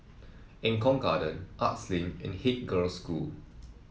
Eng Kong Garden Arts Link and Haig Girls' School